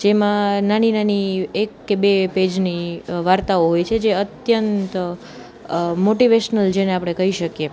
જેમાં નાની નાની એક કે બે પેજની વાર્તાઓ હોય છે જે અત્યંત મોટિવેશનલ જેને આપણે કહી શકીએ